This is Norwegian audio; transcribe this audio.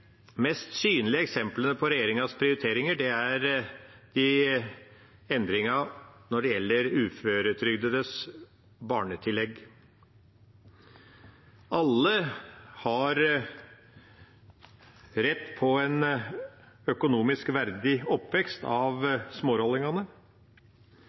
mest synlige eksemplene på regjeringas prioriteringer er endringen når det gjelder uføretrygdedes barnetillegg. Alle har rett på en økonomisk verdig oppvekst